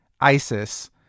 ISIS